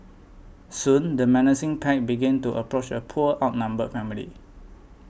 soon the menacing pack began to approach the poor outnumbered family